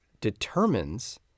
determines